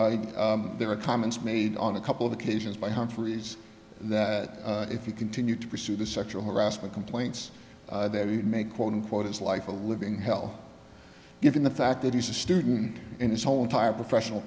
however there were comments made on a couple of occasions by humphries that if you continue to pursue the sexual harassment complaints that he would make quote unquote his life a living hell given the fact that he's a student and his whole entire professional